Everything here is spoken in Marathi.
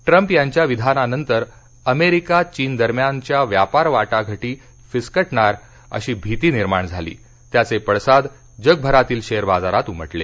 ट्रंप यांच्या विधानानंतर अमेरिका चीन दरम्यानच्या व्यापार वाटाघाटी फिसकटणार अशी भिती निर्माण झाली त्याचे पडसाद जगभरातील शेअर बाजारात उमटले